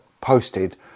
posted